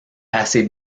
assez